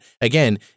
Again